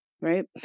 Right